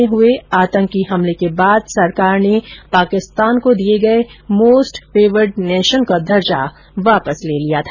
गौरतलब है कि पुलवामा आतंकी हमले के बाद सरकार ने पाकिस्तान को दिए गए मोस्ट फेवर्ड नेशन का दर्जा वापस ले लिया था